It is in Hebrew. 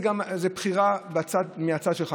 זו גם בחירה מהצד שלך,